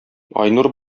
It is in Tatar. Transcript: айнур